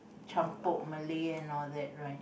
campur Malay and all that right